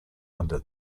under